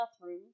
bathroom